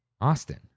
Austin